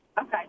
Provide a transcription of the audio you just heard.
Okay